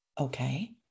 Okay